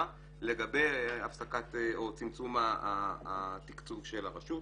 לגבי הפסקת או צמצום התקצוב של הרשות.